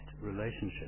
relationship